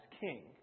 king